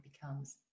becomes